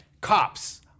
cops